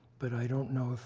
but i don't know